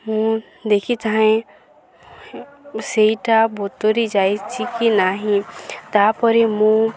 ମୁଁ ଦେଖିଥାଏ ସେଇଟା ବତୁରି ଯାଇଛି କି ନାହିଁ ତାପରେ ମୁଁ